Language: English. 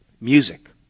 Music